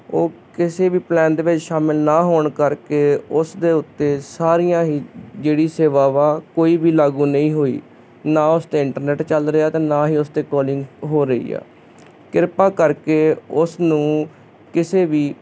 ਉਹ ਕਿਸੇ ਵੀ ਪਲੈਨ ਦੇ ਵਿੱਚ ਸ਼ਾਮਿਲ ਨਾ ਹੋਣ ਕਰਕੇ ਉਸ ਦੇ ਉੱਤੇ ਸਾਰੀਆਂ ਹੀ ਜਿਹੜੀ ਸੇਵਾਵਾਂ ਕੋਈ ਵੀ ਲਾਗੂ ਨਹੀਂ ਹੋਈ ਨਾ ਉਸ 'ਤੇ ਇੰਟਰਨੈੱਟ ਚੱਲ ਰਿਆ ਅਤੇ ਨਾ ਹੀ ਉਸ 'ਤੇ ਕੋਲਿੰਗ ਹੋ ਰਹੀ ਆ ਕਿਰਪਾ ਕਰਕੇ ਉਸ ਨੂੰ ਕਿਸੇ ਵੀ